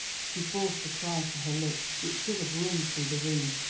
she forced a cry to her lips which should have rung through the room,